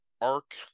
arc